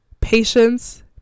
patience